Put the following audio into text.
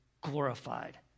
glorified